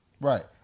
Right